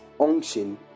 unction